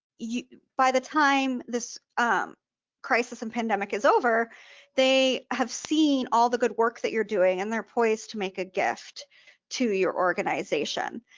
you know by the time this um crisis and pandemic is over they have seen all the good work that you're doing and they're poised to make a gift to your organization,